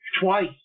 Twice